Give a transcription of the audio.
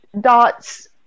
dots